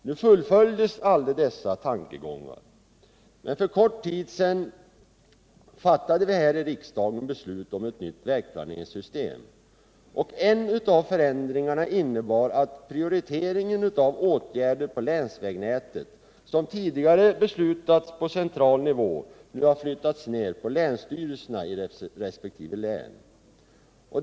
Nu fullföljdes aldrig dessa tankegångar, men för kort tid sedan fattade vi här i riksdagen beslut om ett nytt vägplaneringssystem. En av förändringarna innebar att prioriteringen av åtgärder på länsvägnätet, som tidigare beslutats på central nivå, nu har flyttats ned till länsstyrelsen i resp. län.